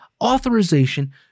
authorization